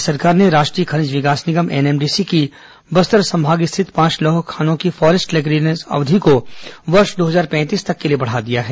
राज्य सरकार ने राष्ट्रीय खनिज विकास निगम एनएमडीसी की बस्तर संभाग स्थित पांच लौह खानों की फॉरेस्ट क्लीयरेंस की अवधि को वर्ष दो हजार पैंतीस तक के लिए बढा दिया है